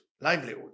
livelihood